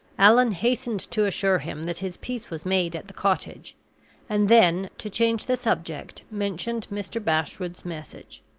allan hastened to assure him that his peace was made at the cottage and then, to change the subject, mentioned mr. bashwood's message.